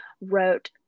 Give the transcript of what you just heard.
wrote